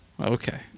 Okay